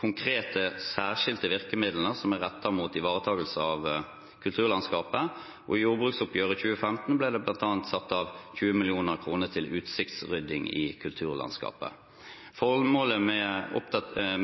konkrete, særskilte virkemidlene som er rettet mot ivaretakelse av kulturlandskapet, og i jordbruksoppgjøret 2015 ble det bl.a. satt av 20 mill. kr til utsiktsrydding i kulturlandskapet. Formålet med